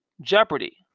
Jeopardy